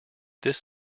this